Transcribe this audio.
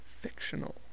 Fictional